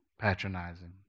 Patronizing